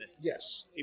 Yes